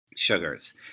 Sugars